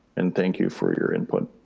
and thank you for your input.